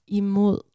imod